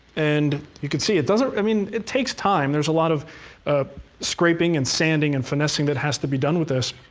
and you can see, it doesn't i mean, it takes time. there's a lot of scraping and sanding and finessing that has to be done with this.